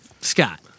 Scott